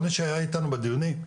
כל מי שהיה איתנו בדיונים,